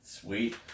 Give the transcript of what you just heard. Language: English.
sweet